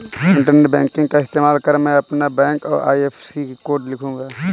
internet banking का इस्तेमाल कर मैं अपना बैंक और आई.एफ.एस.सी कोड लिखूंगा